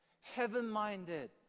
Heaven-minded